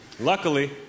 Luckily